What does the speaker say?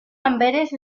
amberes